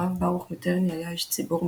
הרב ברוך מיטרני היה איש ציבור,